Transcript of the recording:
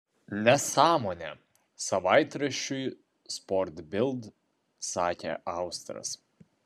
nesąmonė savaitraščiui sport bild sakė austras